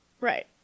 Right